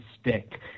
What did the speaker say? stick